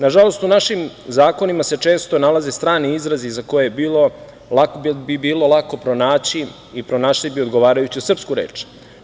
Nažalost, u našim zakonima se često nalaze strani izrazi za koje bi bilo lako pronaći i pronašli bi odgovarajuću srpsku reč.